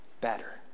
better